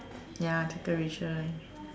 ya decoration